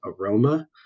aroma